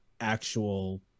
actual